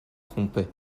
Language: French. trompais